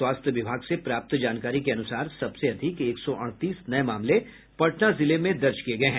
स्वास्थ्य विभाग से प्राप्त जानकारी के अनुसार सबसे अधिक एक सौ अड़तीस नये मामले पटना जिले में दर्ज किये गये हैं